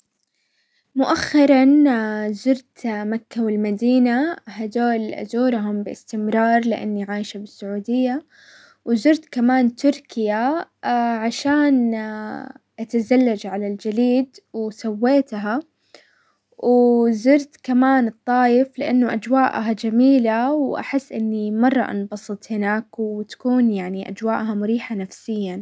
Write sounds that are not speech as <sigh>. مؤخرا <hesitation> زرت مكة والمدينة، هدول ازورهم باستمرار لاني عايشة بالسعودية، وزرت كمان تركيا <hesitation> عشان <hesitation> اتزلج على الجليد وسويتها، وزرت كمان الطايف لانه اجواءها جميلة واحس اني مرة انبسطت هناك، وتكون يعني اجواءها مريحة نفسيا.